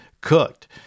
cooked